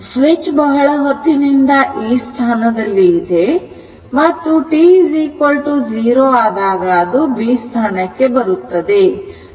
switch ಬಹಳ ಹೊತ್ತಿನಿಂದ ಈ ಸ್ಥಾನದಲ್ಲಿ ಇದೆ ಮತ್ತು t 0 ಆದಾಗ ಅದು B ಸ್ಥಾನಕ್ಕೆ ಬರುತ್ತದೆ